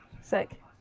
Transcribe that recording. Sick